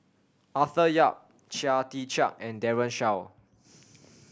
Arthur Yap Chia Tee Chiak and Daren Shiau